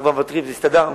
אנחנו כבר מוותרים, הסתדרנו.